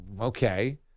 okay